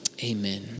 Amen